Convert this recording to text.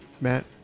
Matt